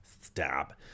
Stab